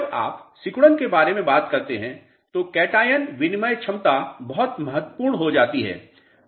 जब आप सिकुड़न के बारे में बात करते हैं तो कैटायन विनिमय क्षमता बहुत महत्वपूर्ण हो जाती है